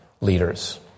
leaders